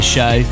Show